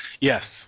Yes